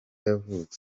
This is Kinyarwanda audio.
yavutse